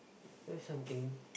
learn something